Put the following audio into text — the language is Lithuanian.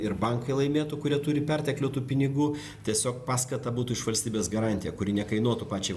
ir bankai laimėtų kurie turi perteklių tų pinigų tiesiog paskata būtų iš valstybės garantija kuri nekainuotų pačiai